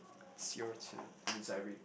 it's your turn that means I read